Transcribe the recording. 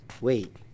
Wait